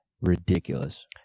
Ridiculous